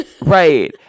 right